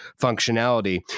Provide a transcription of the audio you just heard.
functionality